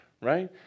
right